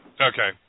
Okay